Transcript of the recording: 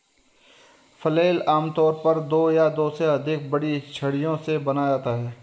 flail आमतौर पर दो या दो से अधिक बड़ी छड़ियों से बनाया जाता है